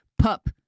Pup